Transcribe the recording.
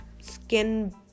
skin